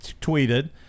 tweeted